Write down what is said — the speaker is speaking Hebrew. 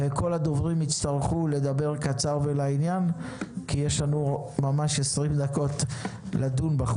כל הדוברים יצטרכו לדבר קצר ולעניין כי יש לנו 20 דקות לדון.